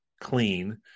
clean